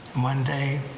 one day,